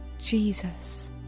Jesus